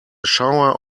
shower